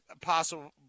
possible